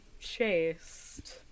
...chased